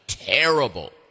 terrible